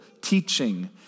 teaching